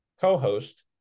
co-host